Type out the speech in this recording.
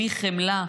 בלי חמלה,